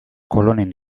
kolonen